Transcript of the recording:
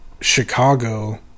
Chicago